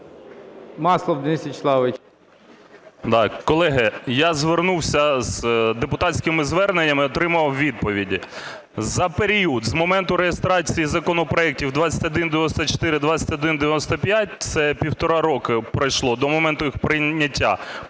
Маслов Денис В'ячеславович.